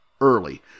early